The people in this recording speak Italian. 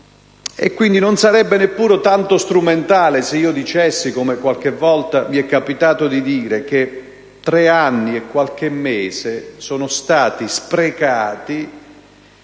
ordinaria. Non sarebbe neppure tanto strumentale se dicessi, come qualche volta mi è capitato, che tre anni e qualche mese sono stati sprecati